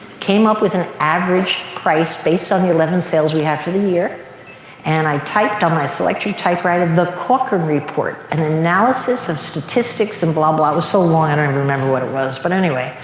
came up with an average price based on the eleven sales we had for the year and i typed on my selectric typewriter the corcoran report, an analysis of statistics and blah, blah. it was so long, i don't and remember what it was. but anyway,